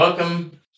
Welcome